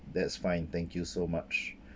that's fine thank you so much